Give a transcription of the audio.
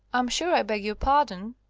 i'm sure i beg your pardon,